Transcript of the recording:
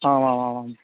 आमामामाम्